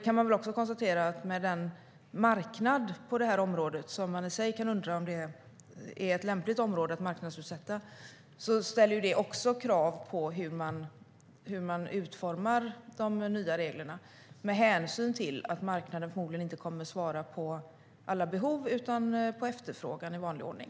Man kan i sig undra om det här är ett lämpligt område att marknadsutsätta. Det ställer också krav på hur de nya reglerna utformas med hänsyn till att marknaden förmodligen inte kommer att svara på alla behov utan på efterfrågan i vanlig ordning.